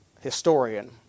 historian